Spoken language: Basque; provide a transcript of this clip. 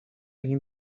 egin